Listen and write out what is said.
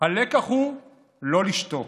הלקח הוא לא לשתוק.